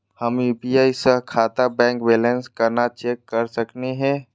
हम यू.पी.आई स खाता बैलेंस कना चेक कर सकनी हे?